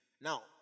Now